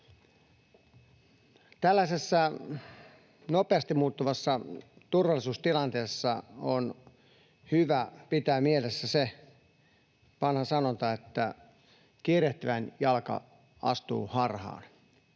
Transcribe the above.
Tällaisessa nopeasti muuttuvassa turvallisuustilanteessa on hyvä pitää mielessä se vanha sanonta, että kiirehtivän jalka astuu harhaan.